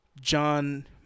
John